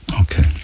Okay